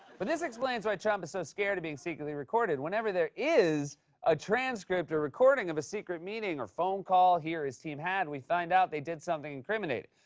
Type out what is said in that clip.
but this explains why trump is so scared of being secretly recorded. whenever there is a transcript, a recording of a secret meeting, or phone call he or his team had, we find out they did something incriminating.